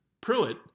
Pruitt